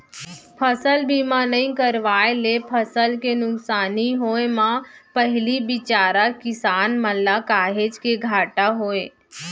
फसल बीमा नइ करवाए ले फसल के नुकसानी होय म पहिली बिचारा किसान मन ल काहेच के घाटा होय